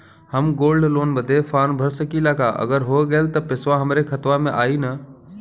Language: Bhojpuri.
हम गोल्ड लोन बड़े फार्म भर सकी ला का अगर हो गैल त पेसवा हमरे खतवा में आई ना?